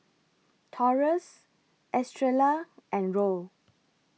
Taurus Estrella and Roll